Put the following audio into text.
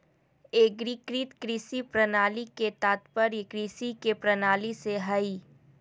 एग्रीकृत कृषि प्रणाली के तात्पर्य कृषि के प्रणाली से हइ